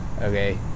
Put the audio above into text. okay